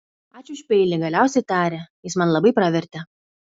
ačiū už peilį galiausiai tarė jis man labai pravertė